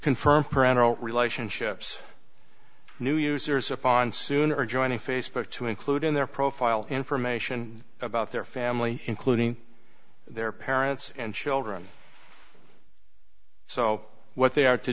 confirm parental relationships new users upon soon or joining facebook to include in their profile information about their family including their parents and children so what they are to